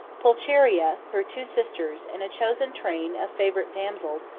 pulcheria, her two sisters, and a chosen train of favorite damsels,